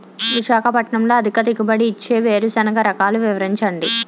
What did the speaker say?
విశాఖపట్నంలో అధిక దిగుబడి ఇచ్చే వేరుసెనగ రకాలు వివరించండి?